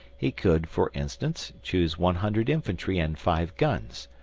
he could, for instance, choose one hundred infantry and five guns,